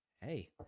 hey